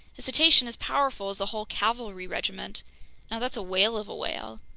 a cetacean as powerful as a whole cavalry regiment now that's a whale of a whale!